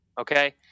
Okay